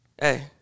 hey